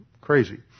crazy